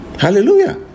Hallelujah